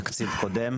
מתקציב קודם.